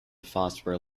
phosphor